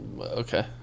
Okay